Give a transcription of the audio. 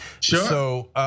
Sure